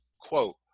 quote